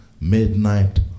midnight